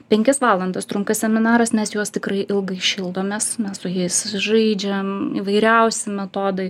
penkias valandas trunka seminaras mes juos tikrai ilgai šildomės mes su jais žaidžiam įvairiausi metodai